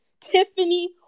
Tiffany